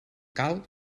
cal